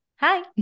Hi